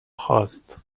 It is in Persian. خاست